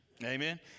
Amen